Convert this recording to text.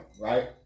right